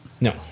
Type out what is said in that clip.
No